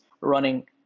running